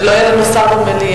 לא יהיה לנו שר במליאה.